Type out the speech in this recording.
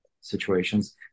situations